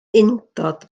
undod